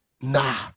nah